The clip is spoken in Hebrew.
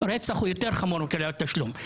רצח הוא יותר חמור מקבלת תשלום.